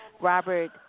Robert